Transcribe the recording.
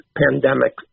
pandemic